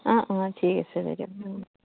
অঁ অঁ ঠিক আছে বাইদেউ